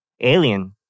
Alien